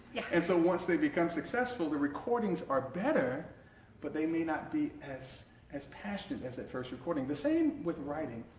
and so once they become successful the recordings are better but they may not be as as passionate as that first recording. the same with writing.